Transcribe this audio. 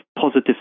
positive